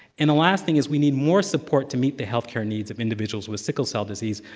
and the last thing is we need more support to meet the healthcare needs of individuals with sickle cell disease,